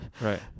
Right